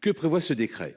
Que prévoit ce décret.